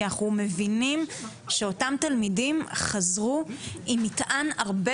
כי אנחנו מבינים שאותם תלמידים חזרו עם מטען הרבה